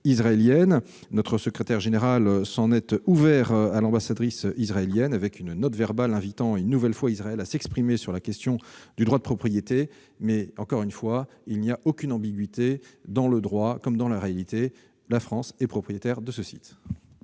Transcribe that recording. Notre secrétaire général s'en est ouvert à l'ambassadrice israélienne avec une note verbale invitant une nouvelle fois Israël à s'exprimer sur la question du droit de propriété. Je le répète, il n'y a aucune ambiguïté en droit comme dans la réalité : la France est propriétaire de ce site.